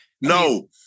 No